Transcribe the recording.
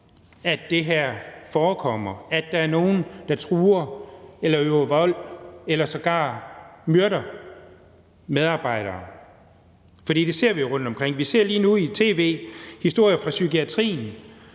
at det forekommer, at der er nogen, der truer eller øver vold eller sågar myrder medarbejdere. For det ser vi jo rundtomkring. Vi ser lige nu i tv historier fra psykiatrien,